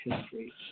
history